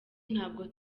ntabwo